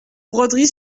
broderie